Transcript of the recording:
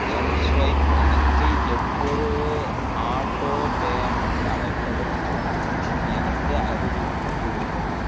mSwipe கணக்கில் ஒவ்வொரு auto payment அமைப்பதற்கு முன்பும் எனக்கு அறிவிப்புக் கொடுக்கவும்